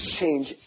change